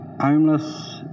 homeless